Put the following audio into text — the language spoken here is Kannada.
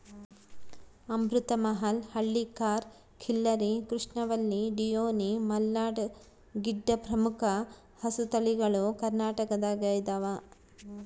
ಅಮೃತ ಮಹಲ್ ಹಳ್ಳಿಕಾರ್ ಖಿಲ್ಲರಿ ಕೃಷ್ಣವಲ್ಲಿ ಡಿಯೋನಿ ಮಲ್ನಾಡ್ ಗಿಡ್ಡ ಪ್ರಮುಖ ಹಸುತಳಿಗಳು ಕರ್ನಾಟಕದಗೈದವ